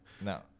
no